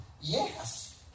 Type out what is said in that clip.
Yes